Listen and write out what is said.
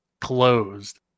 closed